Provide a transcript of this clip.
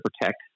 protect